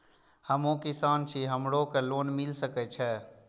हमू किसान छी हमरो के लोन मिल सके छे?